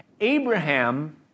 Abraham